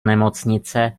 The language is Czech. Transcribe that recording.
nemocnice